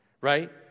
Right